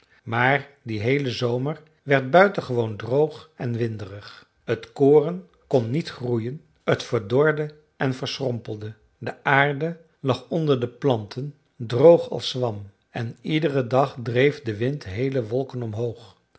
maar die heele zomer werd buitengewoon droog en winderig t koren kon niet groeien t verdorde en verschrompelde de aarde lag onder de planten droog als zwam en iederen dag dreef de wind heele wolken omhoog